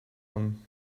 him